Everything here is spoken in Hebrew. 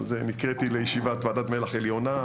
אבל נקראתי לישיבת ועדת מל"ח עליונה,